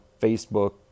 Facebook